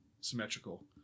symmetrical